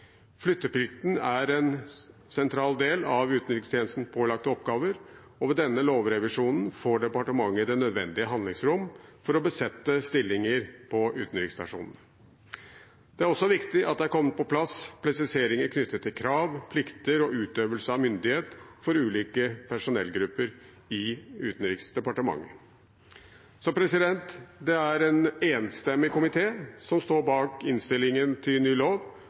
Flytteplikten er en sentral del av utenrikstjenestens pålagte oppgaver, og ved denne lovrevisjonen får departementet det nødvendige handlingsrom for å besette stillinger på utenriksstasjonene. Det er også viktig at det har kommet på plass presiseringer knyttet til krav, plikter og utøvelse av myndighet for ulike personellgrupper i Utenriksdepartementet. Det er en enstemmig komité som står bak innstillingen til ny lov,